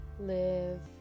Live